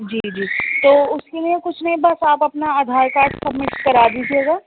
جی جی تو اس کے لئے کچھ نہیں بس آپ اپنا آدھار کارڈ سبمٹ کرا دیجئے گا